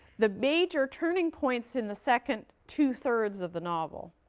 the major turning points in the second two thirds of the novel